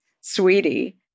sweetie